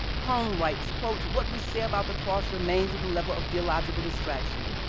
cone writes, quote, what we say about the cross remains at the level of theological distraction,